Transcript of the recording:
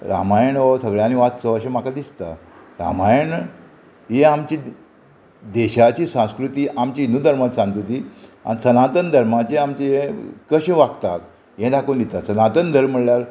रामायण हो सगळ्यांनी वाच्चो अशें म्हाका दिसता रामायण ही आमची देशाची संस्कृती आमची हिंदू धर्माची सांस्कृती आनी सनातन धर्माचे आमचे हे कशे वागतात हें दाखोवन दिता सनातन धर्म म्हणल्यार